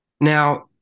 Now